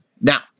Now